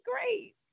great